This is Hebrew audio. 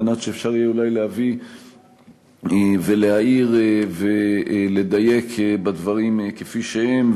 כדי שאפשר יהיה אולי להביא ולהעיר ולדייק בדברים כפי שהם,